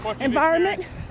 environment